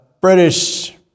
British